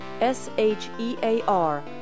S-H-E-A-R